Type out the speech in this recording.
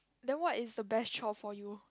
then what is the best chore for you